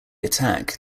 attack